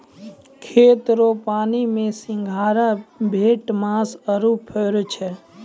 खेत रो पानी मे सिंघारा, भेटमास आरु फरै छै